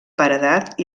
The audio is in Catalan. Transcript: paredat